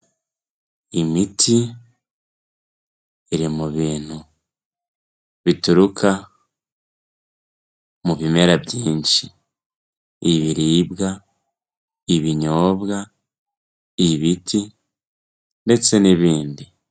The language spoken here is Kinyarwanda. Imiti iri mu bintu bituruka mu bimera byinshi, ibiribwa, ibinyobwa, ibiti ndetse n'ibindi.